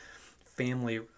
family